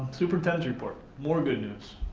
superintendent's report. more good news.